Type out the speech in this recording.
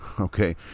Okay